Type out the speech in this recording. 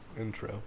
intro